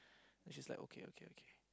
then she's like okay okay okay